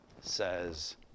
says